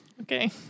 Okay